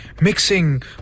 mixing